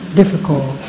difficult